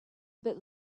bit